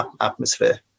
atmosphere